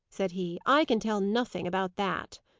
said he, i can tell nothing about that.